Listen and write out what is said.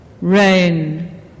Rain